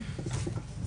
בבקשה.